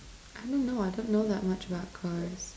I don't know I don't know that much about cars